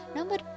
Number